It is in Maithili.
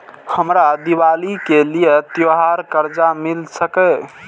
हमरा दिवाली के लिये त्योहार कर्जा मिल सकय?